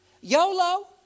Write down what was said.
YOLO